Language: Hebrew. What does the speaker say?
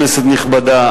כנסת נכבדה,